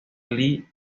ali